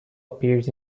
appears